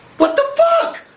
what the fuck!